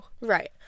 Right